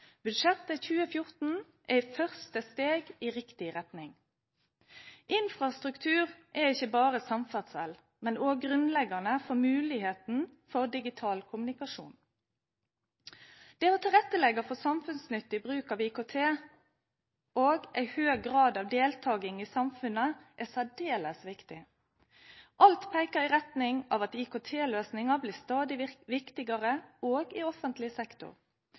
Budsjettet for 2014 er første steg i riktig retning. Infrastruktur er ikke bare samferdsel, men også grunnleggende for muligheten for digital kommunikasjon. Det å tilrettelegge for samfunnsnyttig bruk av IKT og en høy grad av deltakelse i samfunnet er særdeles viktig. Alt peker i retning av at IKT-løsninger blir stadig viktigere også i offentlig sektor.